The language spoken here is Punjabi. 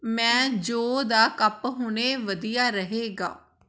ਮੈਂ ਜੌਂ ਦਾ ਕੱਪ ਹੁਣੇ ਵਧੀਆ ਰਹੇਗਾ